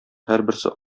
һәрберсе